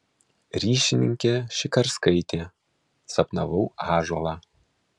ryšininkė šikarskaitė sapnavau ąžuolą